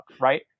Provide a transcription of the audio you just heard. right